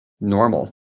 normal